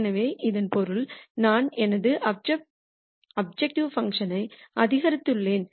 எனவே இதன் பொருள் நான் எனது அப்ஜெக்டிவ் ஃபங்ஷன் ஐ அதிகரித்துள்ளேன்